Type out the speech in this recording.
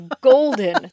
golden